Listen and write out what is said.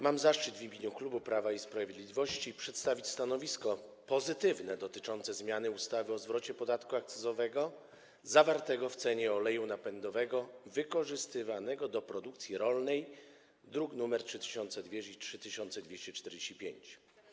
Mam zaszczyt w imieniu klubu Prawa i Sprawiedliwości przedstawić stanowisko - pozytywne - dotyczące zmiany ustawy o zwrocie podatku akcyzowego zawartego w cenie oleju napędowego wykorzystywanego do produkcji rolnej, druki nr 3206 i 3245.